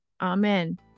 amen